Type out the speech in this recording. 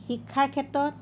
শিক্ষাৰ ক্ষেত্ৰত